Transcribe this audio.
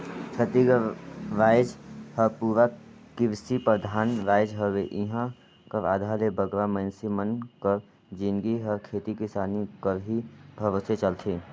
छत्तीसगढ़ राएज हर पूरा किरसी परधान राएज हवे इहां कर आधा ले बगरा मइनसे मन कर जिनगी हर खेती किसानी कर ही भरोसे चलथे